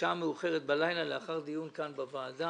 ובשעה מאוחרת בלילה לאחר דיון כאן בוועדה,